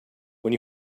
when